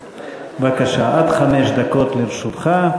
בבקשה, עד חמש דקות לרשותך.